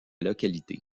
localité